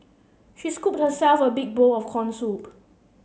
she scooped herself a big bowl of corn soup